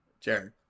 Jared